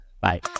Bye